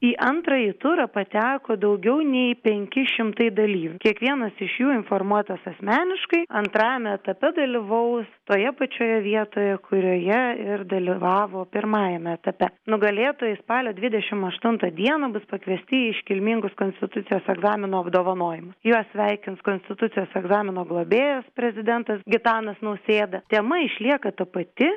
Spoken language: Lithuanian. į antrąjį turą pateko daugiau nei penki šimtai dalyvių kiekvienas iš jų informuotas asmeniškai antrajame etape dalyvaus toje pačioje vietoje kurioje ir dalyvavo pirmajame etape nugalėtojai spalio dvidešimt aštuntą dieną bus pakviesti į iškilmingus konstitucijos egzamino apdovanojimus juos sveikins konstitucijos egzamino globėjas prezidentas gitanas nausėda tema išlieka ta pati